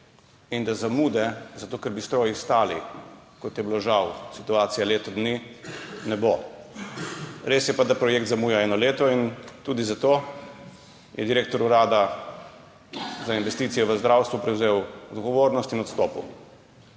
in da zamude zato, ker bi stroji stali, kot je bila žal situacija leto dni, ne bo. Res je pa, da projekt zamuja eno leto in tudi zato je direktor urada za investicije v zdravstvu prevzel odgovornost in odstopil.